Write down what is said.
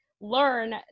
learn